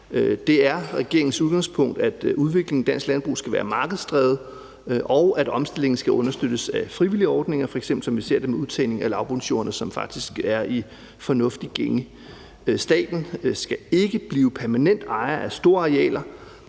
Det er regeringens udgangspunkt, at udviklingen i dansk landbrug skal være markedsdrevet, og at omstillingen skal understøttes af frivillige ordninger, f.eks. som vi ser det med udtagning af lavbundsjorderne, som faktisk er i fornuftig gænge. Staten skal ikke blive permanent ejer af store arealer,